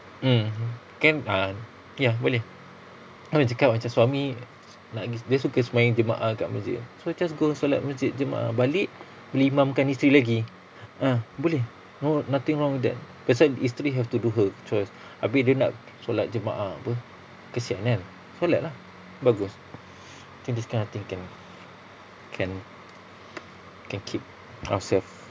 mm can ah ya boleh kan dah cakap macam suami nak gi dia suka sembahyang jemaah kat masjid so just go solat masjid jemaah balik dia imamkan isteri lagi ah boleh no nothing wrong with that pasal isteri have to do her chores abeh dia nak solat jemaah [pe] kesian kan solat lah bagus think this kind of thing can can can keep ourselves